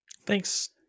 Thanks